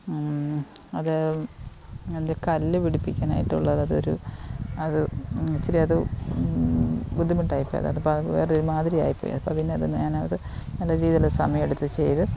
അത് അതിന് കല്ലു പിടിപ്പിക്കാനായിട്ടുള്ളത് അതൊരു അത് ഇച്ചിരിയത് ബുദ്ധിമുട്ടായിപ്പോയി അതിപ്പോൾ അത് വേറൊരുമാതിരിയായിപ്പോയി അതിപ്പോൾ പിന്നെ അത് ഞാനത് നല്ല രീതിയിൽ സമയമെടുത്തത് ചെയ്ത്